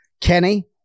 Kenny